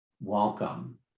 welcome